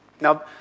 Now